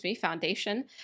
Foundation